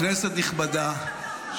כנסת נכבדה,